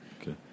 Okay